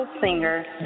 singer